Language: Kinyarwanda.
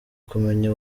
kumenya